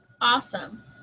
Awesome